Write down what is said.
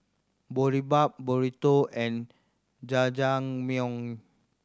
Boribap Burrito and Jajangmyeon